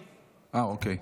מלכיאלי.